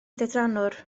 drydanwr